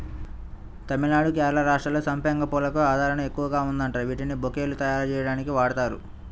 తమిళనాడు, కేరళ రాష్ట్రాల్లో సంపెంగ పూలకు ఆదరణ ఎక్కువగా ఉందంట, వీటిని బొకేలు తయ్యారుజెయ్యడానికి వాడతారు